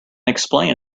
explain